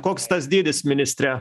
koks tas dydis ministre